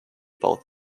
both